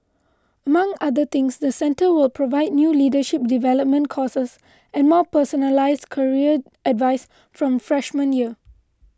among other things the centre will provide new leadership development courses and more personalised career advice from freshman year